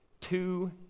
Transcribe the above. two